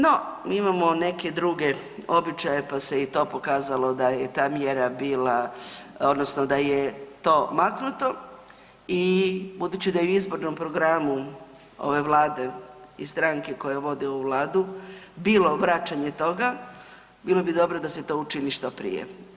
No mi imamo neke druge običaje pa se i to pokazalo da je i ta mjera bila odnosno da je to maknuti i budući da je u izbornom programu ove vlade i stranke koja vodi ovu vladu bilo vraćanje toga, bilo bi dobro da se to učini što prije.